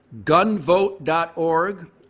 Gunvote.org